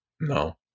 No